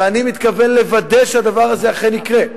ואני מתכוון לוודא שהדבר הזה אכן יקרה.